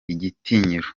igitinyiro